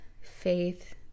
faith